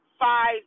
five